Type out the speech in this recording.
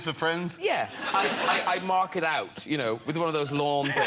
so friends yeah i mark it out you know with one of those long